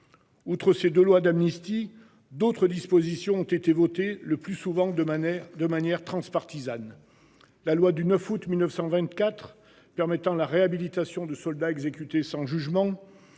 Outre ces 2 lois d'amnistie, d'autres dispositions ont été voter le plus souvent de manière, de manière transpartisane. La loi du 9 août 1924, permettant la réhabilitation de soldats exécutés sans jugement.